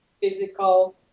physical